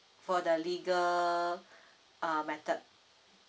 for the legal uh method